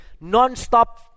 non-stop